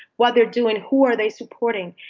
what they're doing. who are they supporting?